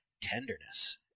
tenderness